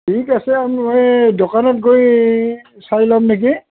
ঠিক আছে আৰু মই দোকানত গৈ চাই ল'ম নেকি